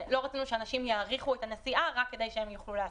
לא רצינו שאנשים יאריכו את הנסיעה רק כדי שהם יוכלו להספיק,